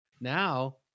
now